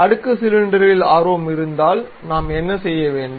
அடுக்கு சிலிண்டரில் ஆர்வம் இருந்தால் நாம் என்ன செய்ய வேண்டும்